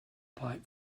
pipe